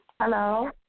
Hello